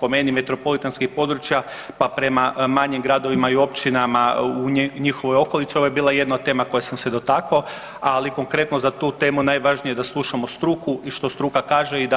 Po meni metropolitanskih područja pa prema manjim gradovima i općinama u njihovoj okolici ovo je bila jedna od tema koje sam se dotakao, ali konkretno za tu temu najvažnije je da slušamo struku i što struka kaže i